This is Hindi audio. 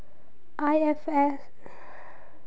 आईएफएससी और आईबीएएन का काम एक जैसा ही होता है